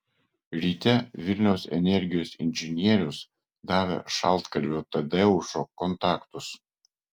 ryte vilniaus energijos inžinierius davė šaltkalvio tadeušo kontaktus